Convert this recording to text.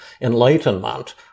enlightenment